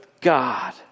God